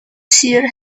seer